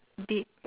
big